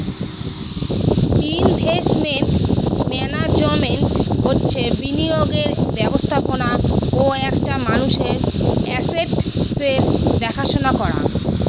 investment management হচ্ছে বিনিয়োগের ব্যবস্থাপনা ও একটা মানুষের আসেটসের দেখাশোনা করা